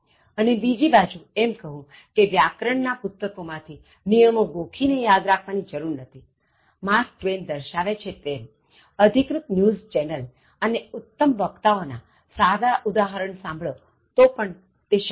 અને બીજી બાજુ એમ કહું કે વ્યાકરણ ના પુસ્તકોમાં થી નિયમો ગોખી ને યાદ રાખવાની જરૂર નથીમાર્ક ટ્વેન દર્શાવે છે તેમ અધિકૃત ન્યૂઝ ચેનલ અને ઉત્તમ વક્તાઓ ના સારા ઉદાહરણ સાંભળો તો પણ તે શક્ય છે